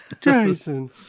Jason